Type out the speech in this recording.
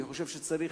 אני חושב שצריך